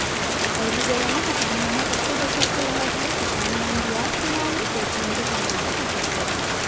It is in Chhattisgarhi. पहिली बेरा म किसान मन ह कतको बछर के रहत ले किसान मन बियाज के नांव ले सेठ मन के चंगुल म फँसे रहयँ